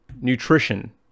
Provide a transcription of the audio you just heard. nutrition